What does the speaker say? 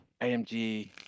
AMG